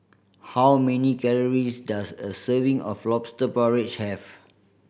how many calories does a serving of Lobster Porridge have